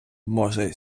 може